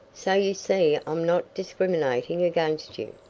so you see i'm not discriminating against you.